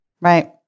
Right